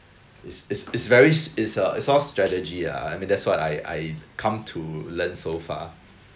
it's it's it's very it's all strategy lah I mean that's what I I come to learn so far